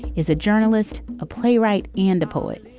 is a journalist, a playwright and a poet.